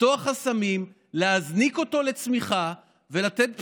לפתוח חסמים, להזניק אותו לצמיחה ולתת בשורות.